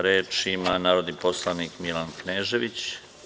Reč ima narodni poslanik Milan Knežević.